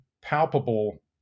palpable